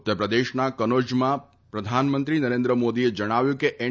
ઉત્તરપ્રદેશના કનોજમાં પ્રધાનમંત્રી નરેન્દ્રમોદીએ જણાવ્યું હતું કે એન